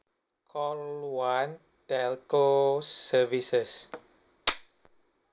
call one telco services